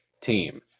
team